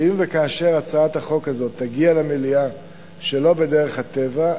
שאם וכאשר הצעת החוק הזאת תגיע למליאה שלא בדרך הטבע,